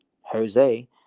Jose